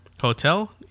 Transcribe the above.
hotel